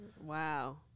Wow